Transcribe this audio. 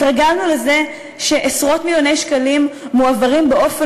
התרגלנו לזה שעשרות מיליוני שקלים מועברים באופן